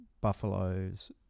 Buffaloes